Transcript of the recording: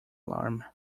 alarm